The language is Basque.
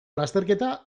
lasterketa